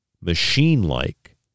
machine-like